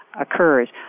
occurs